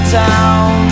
town